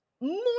More